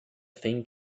thing